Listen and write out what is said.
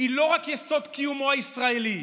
שהיא לא רק יסוד קיומו הישראלי,